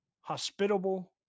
hospitable